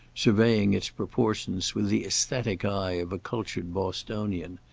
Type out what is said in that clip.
surveying its proportions with the aesthetic eye of a cultured bostonian.